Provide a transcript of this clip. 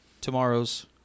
tomorrow's